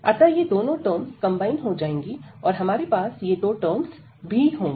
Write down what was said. अतः ये दोनों टर्म्स कंबाइन हो जाएंगी और हमारे पास ये दो टर्म्स भी होंगी